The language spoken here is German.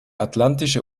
atlantische